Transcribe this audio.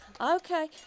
Okay